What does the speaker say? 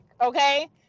okay